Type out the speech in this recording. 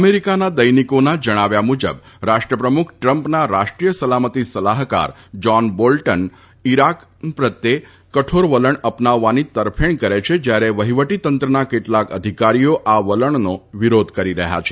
અમેરિકાના દૈનિકોના જણાવ્યા મુજબ રાષ્ટ્રપ્રમુખ ટ્રમ્પના રાષ્ટ્રીય સલામતી સલાફકાર જાન બોલ્ટન ઈરાન પ્રત્યે કઠોર વલણ અપનાવવાની તરફેણ કરે છે જ્યારે વહિવટીતંત્રના કેટલાક અધિકારીઓ આ વલણનો વિરોધ કરી રહ્યા છે